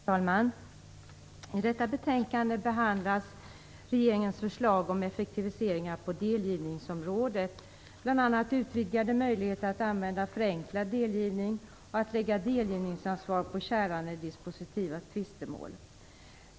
Herr talman! I detta betänkande behandlas regeringens förslag om effektiviseringar på delgivningsområdet, bl.a. utvidgade möjligheter att använda förenklad delgivning och att lägga delgivningsansvar på käranden i dispositiva tvistemål.